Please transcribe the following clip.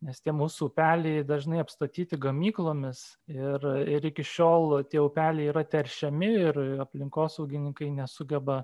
nes tie mūsų upeliai dažnai apstatyti gamyklomis ir ir iki šiol tie upeliai yra teršiami ir aplinkosaugininkai nesugeba